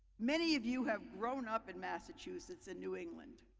many of you have. grown up in massachusetts in new england.